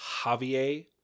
javier